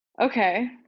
okay